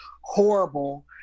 horrible